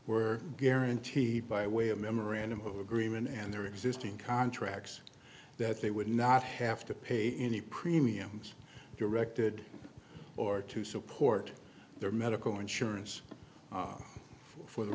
were guaranteed by way of a memorandum of agreement and their existing contracts that they would not have to pay any premiums directed or to support their medical insurance for the